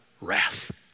wrath